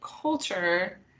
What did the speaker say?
culture